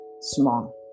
small